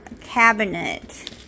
cabinet